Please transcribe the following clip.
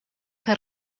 que